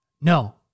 No